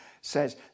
says